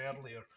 earlier